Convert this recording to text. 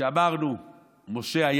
ואמרנו שמשה,